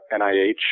NIH